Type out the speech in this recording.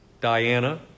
Diana